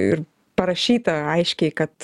ir parašyta aiškiai kad